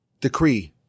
decree